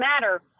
Matter